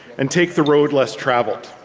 and take the road less traveled.